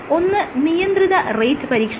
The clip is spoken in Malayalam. ഒന്ന് നിയന്ത്രിത റേറ്റ് പരീക്ഷണമാണ്